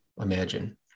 imagine